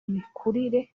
mikurire